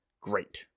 great